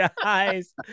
guys